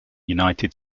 united